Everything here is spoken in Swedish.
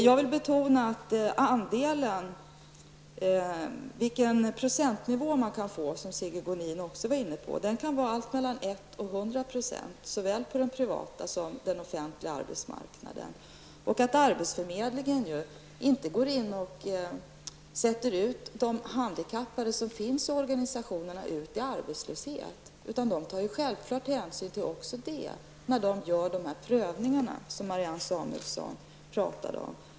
Jag vill betona att den procentnivå man kan få i lönebidrag, en fråga som också Sigge Godin var inne på, kan vara allt mellan 1 % och 100 %, såväl på den privata arbetsmarknaden som på den offentliga arbetsmarknaden. Arbetsförmedlingen går inte in och försätter de handikappade som finns i organisationerna i arbetslöshet, utan de tar självfallet också hänsyn till olika faktorer när de gör de prövningar som Marianne Samuelsson talade om.